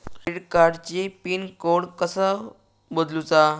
Credit कार्डची pin code कसो बदलुचा?